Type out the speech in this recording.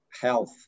health